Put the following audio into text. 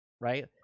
right